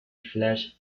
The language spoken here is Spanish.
flash